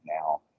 now